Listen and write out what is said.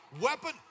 Weapon